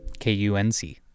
KUNC